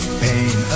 pain